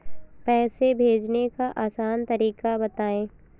पैसे भेजने का आसान तरीका बताए?